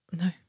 No